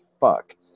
fuck